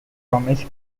promise